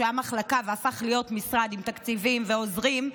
שהיה מחלקה והפך להיות משרד עם תקציבים ועוזרים,